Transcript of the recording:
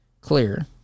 clear